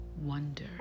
wonder